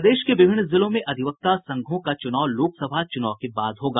प्रदेश के विभिन्न जिलों के अधिवक्ता संघों का चुनाव लोकसभा चुनाव के बाद होगा